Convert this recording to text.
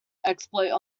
exploit